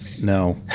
no